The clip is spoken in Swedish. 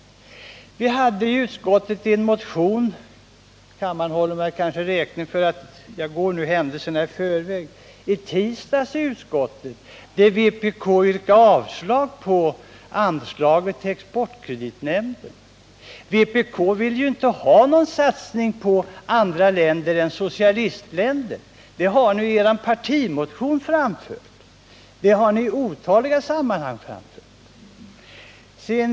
Vi hade i tisdags en motion i utskottet — kammaren håller mig kanske räkning för att jag nu går händelserna i förväg — där vpk yrkade avslag på anslaget till exportkreditnämnden. Vpk vill tydligen inte ha någon satsning på andra länder än socialistländer. Det har ni framfört i er partimotion och i otaliga sammanhang tidigare.